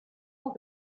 tant